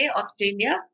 Australia